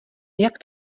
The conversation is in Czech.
jak